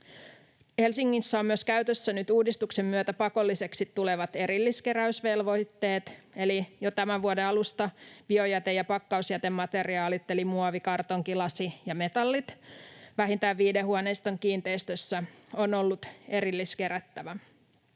Helsingissä ovat käytössä myös nyt uudistuksen myötä pakolliseksi tulevat erilliskeräysvelvoitteet, eli jo tämän vuoden alusta biojäte ja pakkausjätemateriaalit eli muovi, kartonki, lasi ja metallit vähintään viiden huoneiston kiinteistössä ovat olleet erilliskerättäviä.